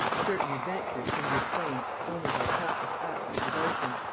certain adventures can be explained only by countless acts of devotion,